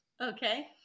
Okay